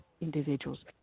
individuals